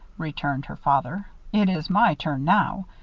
returned her father. it is my turn now.